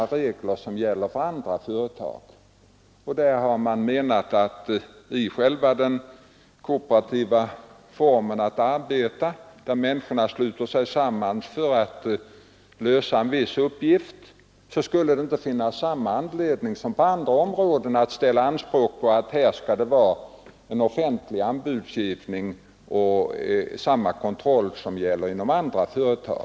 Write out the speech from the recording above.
Vi kan naturligtvis efteråt säga — och jag tror det har skymtat i debatten — att vi borde ha besinnat oss mera, vi skulle ha mera noggrant övervägt hur bostadsbyggandet skulle inriktas. Jag tror att herr Andersson i Knäred var inne på detta. Men då vill jag erinra om att oppositionen sannerligen inte har fört det resonemanget förut.